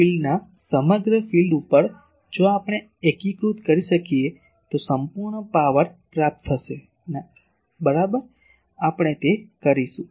તેથી આ ફિલ્ડના સમગ્ર ફિલ્ડ ઉપર જો આપણે એકીકૃત કરી શકીએ તો સંપૂર્ણ પાવર પ્રાપ્ત થશે બરાબર આપણે તે કરીશું